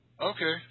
Okay